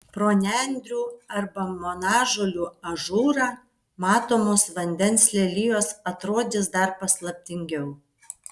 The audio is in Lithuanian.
pro nendrių arba monažolių ažūrą matomos vandens lelijos atrodys dar paslaptingiau